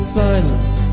silence